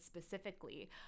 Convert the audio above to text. specifically